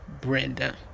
Brenda